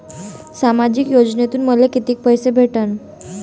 सामाजिक योजनेतून मले कितीक पैसे भेटन?